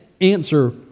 answer